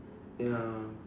ya